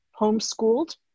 Homeschooled